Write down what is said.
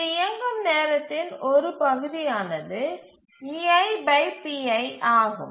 இது இயங்கும் நேரத்தின் ஒரு பகுதியானது ஆகும்